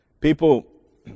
People